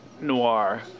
noir